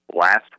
last